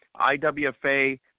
IWFA